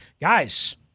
guys